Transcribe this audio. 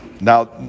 Now